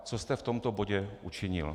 Co jste v tomto bodě učinil.